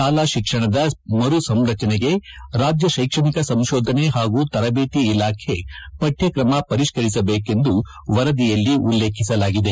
ಶಾಲಾ ಶಿಕ್ಷಣದ ಮರು ಸಂರಚನೆಗೆ ರಾಜ್ಯ ಶೈಕ್ಷಣಿಕ ಸಂಶೋಧನೆ ಹಾಗೂ ತರಬೇತಿ ಇಲಾಖೆ ಪಠ್ಕಕಮ ಪರಿಷ್ಠರಿಸಬೇಕೆಂದು ವರದಿಯಲ್ಲಿ ಉಲ್ಲೇಖಿಸಲಾಗಿದೆ